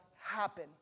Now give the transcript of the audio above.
happen